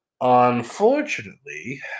Unfortunately